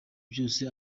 byose